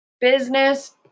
business